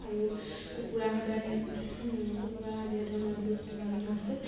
আৰু কুকুৰা সদায় কুকুৰা যিহেতু আমাৰ কেইবাবিধো আছে